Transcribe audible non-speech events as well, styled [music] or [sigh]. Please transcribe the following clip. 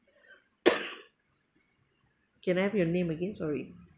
[coughs] can I have your name again sorry